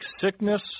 sickness